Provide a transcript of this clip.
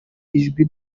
ijwi